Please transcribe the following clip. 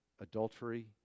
adultery